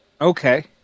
Okay